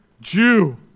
Jew